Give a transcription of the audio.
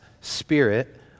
Spirit